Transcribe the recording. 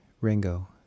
Ringo